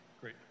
Great